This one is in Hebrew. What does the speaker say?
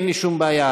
אין לי שום בעיה,